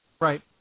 Right